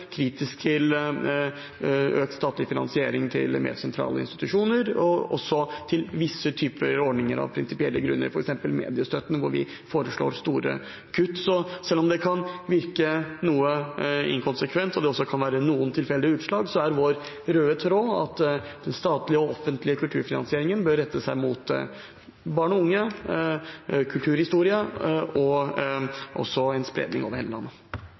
til økt statlig finansiering til mer sentrale institusjoner og også til visse typer ordninger av prinsipielle grunner, f.eks. mediestøtten, hvor vi foreslår store kutt. Så selv om det kan virke noe inkonsekvent og det også kan være noen tilfeldige utslag, er vår røde tråd at den statlige og offentlige kulturfinansieringen bør rette seg mot barn og unge, kulturhistorie og også en spredning over hele landet.